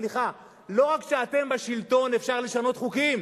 סליחה, לא רק כשאתם בשלטון אפשר לשנות חוקים.